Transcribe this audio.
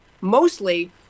mostly